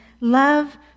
love